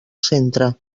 centre